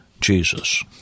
Jesus